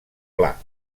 pla